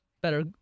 Better